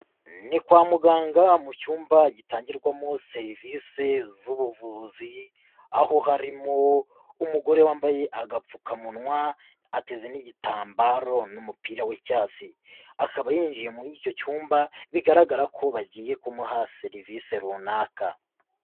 Ni kwa muganga mu cyumba gitangirwamo serivisi z'ubuvuzi aho harimo umugore wambaye agapfukamunwa ateze n'igitambaro n'umupira w'icyatsi. Akaba yinjiye muri icyo cyumba bigaragara ko bagiye kumuha serivisi runaka.